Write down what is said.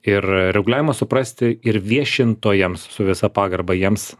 ir reguliavimą suprasti ir viešintojams su visa pagarba jiems